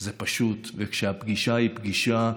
זה פשוט, וכשהפגישה היא "פגישה",